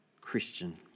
Christian